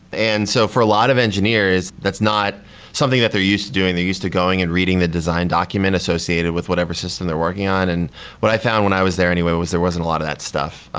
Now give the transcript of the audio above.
and so for a lot of engineers, that's not something that they're used to doing. they're used to going and reading the design document associated with whatever system they're working on. and what i found when i was there anyway was there wasn't a lot of that stuff.